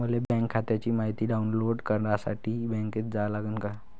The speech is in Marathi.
मले बँक खात्याची मायती डाऊनलोड करासाठी बँकेत जा लागन का?